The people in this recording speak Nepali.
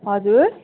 हजुर